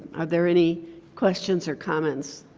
are there any questions or comments?